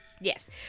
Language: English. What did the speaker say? yes